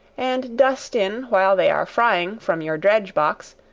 and dust in while they are frying from your dredge box,